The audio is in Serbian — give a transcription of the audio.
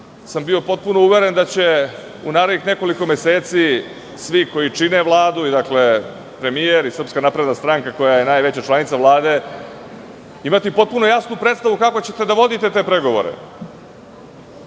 sam bio potpuno uveren da će u narednih nekoliko meseci svi koji čine Vladu, premijer i SNS koja je najveća članica Vlade, imati potpuno jasnu predstavu kako ćete da vodite te pregovore. Da